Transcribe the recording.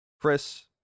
Chris